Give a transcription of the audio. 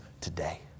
today